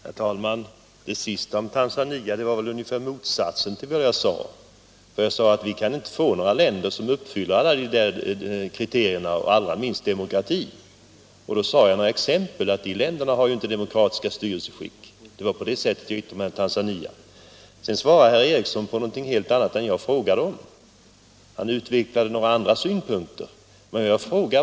Herr talman! Det som herr Ericson i Örebro senast sade om Tanzania var väl ungefär motsatsen till det jag sade, nämligen att vi inte kan finna några länder som uppfyller alla kriterier — allra minst det som gäller demokrati. Jag gav några exempel, och jag sade att de länderna inte har demokratiskt styrelseskick. Det var på det sättet jag yttrade mig om Tanzania. Sedan svarade herr Ericson på något helt annat än jag frågade om. Han utvecklade synpunkter på en annan fråga.